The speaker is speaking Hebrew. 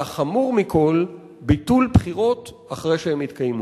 והחמור מכול, ביטול בחירות אחרי שהן התקיימו.